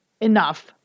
enough